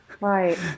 right